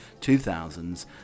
2000s